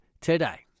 today